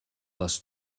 les